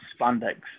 spandex